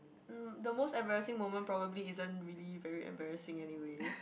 um the most embarrassing moment probably isn't really very embarrassing anyway